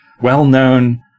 well-known